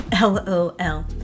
LOL